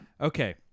okay